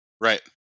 Right